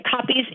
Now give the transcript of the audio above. copies